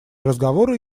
разговоры